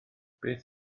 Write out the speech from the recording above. beth